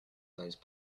those